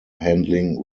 handling